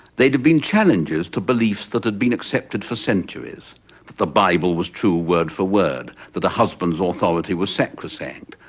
they'd have been challenges to beliefs that had been accepted for centuries, that the bible was true word for word, that the husband's authority was sacrosanct,